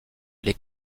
les